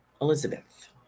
Elizabeth